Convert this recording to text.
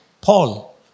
Paul